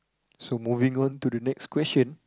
so moving on to the next question